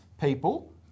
people